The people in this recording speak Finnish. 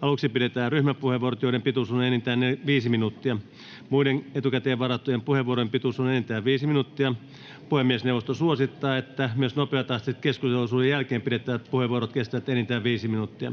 Aluksi pidetään ryhmäpuheenvuorot, joiden pituus on enintään viisi minuuttia. Muiden etukäteen varattujen puheenvuorojen pituus on enintään viisi minuuttia. Puhemiesneuvosto suosittaa, että myös nopeatahtisen keskusteluosuuden jälkeen pidettävät puheenvuorot kestävät enintään viisi minuuttia.